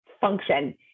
function